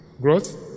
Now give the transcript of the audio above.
growth